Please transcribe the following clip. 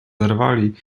zerwali